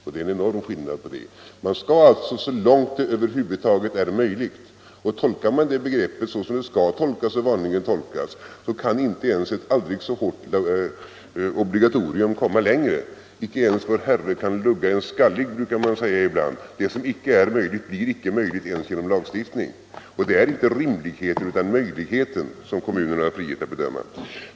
Man skall alltså tillgodose detta behov så långt det över huvud taget är möjligt. Och tolkar man det begreppet så som det skall tolkas och vanligen tolkas, kan inte ens ett hårt obligatorium komma längre. Inte ens vår Herre kan lugga en skallig, brukar man ibland säga, och det som icke är möjligt blir icke möjligt ens genom lagstiftning. Det är alltså inte rimligheten utan möjligheten som kommunerna har frihet att bedöma.